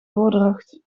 voordracht